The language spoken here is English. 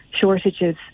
shortages